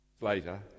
later